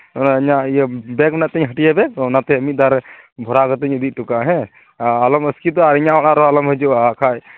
ᱚᱱᱟ ᱤᱧᱟᱹᱜ ᱤᱭᱟᱹ ᱵᱮᱠ ᱢᱮᱱᱟᱜ ᱛᱤᱧᱟᱹ ᱦᱟᱹᱴᱭᱟᱹᱨᱮ ᱵᱮᱠ ᱚᱱᱟᱛᱮ ᱢᱤᱫ ᱫᱷᱟᱣ ᱨᱮ ᱵᱷᱚᱨᱟᱣ ᱠᱟᱛᱮᱜ ᱤᱧ ᱤᱫᱤ ᱦᱚᱴᱚ ᱠᱟᱜᱼᱟ ᱦᱮᱸ ᱟᱞᱚᱢ ᱟᱥᱠᱮᱛᱚᱜᱼᱟ ᱤᱧᱟᱹᱜ ᱚᱲᱟᱜ ᱨᱮᱦᱚᱸ ᱟᱞᱚᱢ ᱦᱤᱡᱩᱜᱼᱟ ᱟᱨ ᱵᱟᱠᱷᱟᱡ